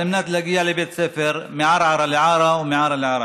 מנת להגיע לבית ספר מערערה לעארה ומעארה לערערה.